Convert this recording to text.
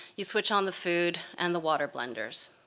you switch on the food and the water blenders.